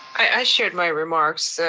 i shared my remarks, so